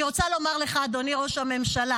אני רוצה לומר לך, אדוני ראש הממשלה,